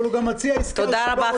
אבל הוא גם מציע עסקה --- תודה רבה,